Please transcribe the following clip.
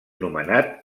nomenat